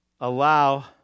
allow